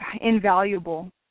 invaluable